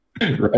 Right